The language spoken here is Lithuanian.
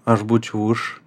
aš būčiau už